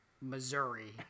missouri